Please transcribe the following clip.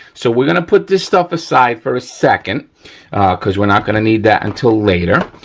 so we're gonna put this stuff aside for a second cause we're not gonna need that until later.